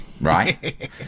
right